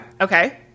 Okay